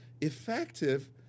effective